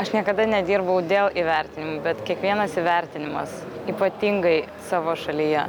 aš niekada nedirbau dėl įvertinimų bet kiekvienas įvertinimas ypatingai savo šalyje